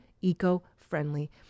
eco-friendly